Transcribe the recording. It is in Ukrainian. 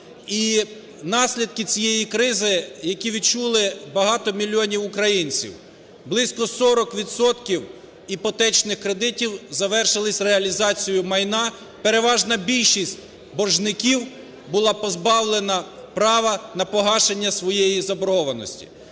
наслідки цієї кризи, які відчули багато мільйонів українців. Близько 40 відсотків іпотечних кредитів завершились реалізацією майна, переважна більшість боржників була позбавлена права на погашення своєї заборгованості.